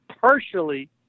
partially